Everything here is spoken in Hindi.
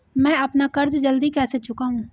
मैं अपना कर्ज जल्दी कैसे चुकाऊं?